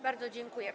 Bardzo dziękuję.